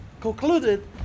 concluded